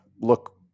look